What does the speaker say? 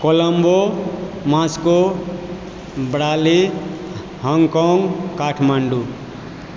Colombo Moscow Brazil Hong Kong Kathmandu